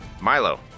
Milo